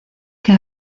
que